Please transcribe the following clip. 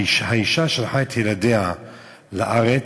האישה שלחה את ילדיה לארץ,